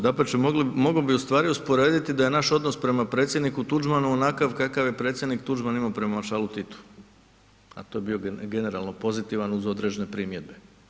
Dapače mogao bi ustvari usporediti da je naš odnos prema predsjedniku Tuđmanu, onakav kakav je predsjednik Tuđman imamo prema maršalu Titu, a to je bio generalno pozitivan uz određene primjedbe.